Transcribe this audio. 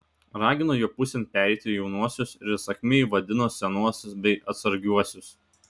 ragino jo pusėn pereiti jaunuosius ir įsakmiai vadino senuosius bei atsargiuosius